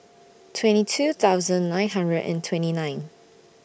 twenty two thousand nine hundred and twenty nine